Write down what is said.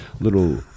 little